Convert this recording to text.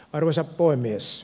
arvoisa puhemies